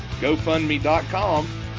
gofundme.com